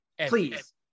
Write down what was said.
please